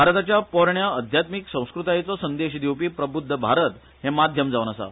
भारताच्या पोरण्या अध्यात्मिक संस्कृतायेचो संदेश दिवपी प्रब्ध्द भारत हे माध्यम जावन आसा